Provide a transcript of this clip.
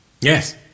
Yes